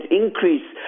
increase